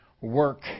work